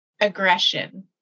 aggression